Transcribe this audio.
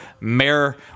mayor